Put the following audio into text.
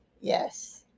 Yes